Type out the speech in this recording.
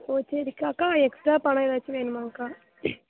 ஓ சரிக்கா அக்கா எக்ஸ்ட்ரா பணம் ஏதாச்சும் வேணுமாங்கா